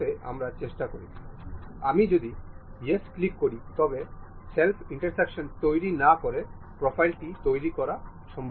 এবং আমরা সরাসরি সমকেন্দ্রিক সম্পর্ক দেখতে পাব এবং ঠিক আছে ক্লিক করব